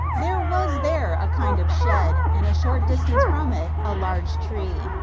there was there a kind of shed, and a short distance from it a large tree,